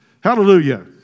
Hallelujah